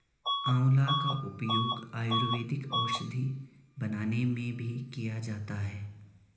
आंवला का उपयोग आयुर्वेदिक औषधि बनाने में भी किया जाता है